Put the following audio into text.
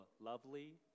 lovely